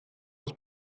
uns